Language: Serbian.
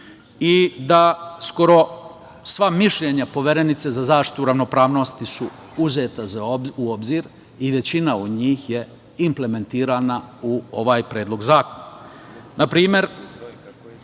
i da skoro sva mišljenja Poverenice za zaštitu ravnopravnosti su uzeta u obzir i većina od njih je implementirana u ovaj predlog zakona. Na